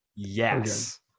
Yes